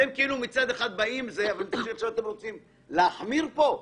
אתם רוצים להחמיר פה?